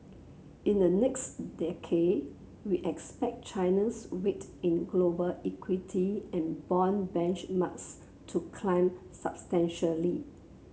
in the next decade we expect China's weight in global equity and bond benchmarks to climb substantially